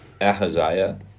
Ahaziah